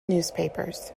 newspapers